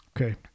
Okay